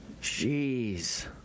Jeez